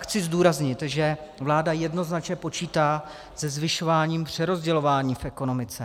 Chci zdůraznit, že vláda jednoznačně počítá se zvyšováním přerozdělování v ekonomice.